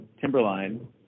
Timberline